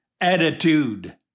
attitude